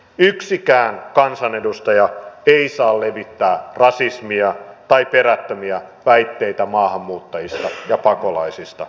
yksikään kansanedustaja ei saa levittää rasismia tai perättömiä väitteitä maahanmuuttajista ja pakolaisista